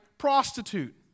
prostitute